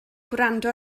gwrando